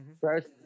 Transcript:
First